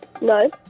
No